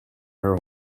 her